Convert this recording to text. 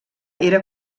era